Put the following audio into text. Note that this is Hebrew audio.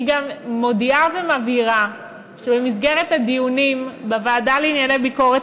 אני גם מודיעה ומבהירה שבמסגרת הדיונים בוועדה לענייני ביקורת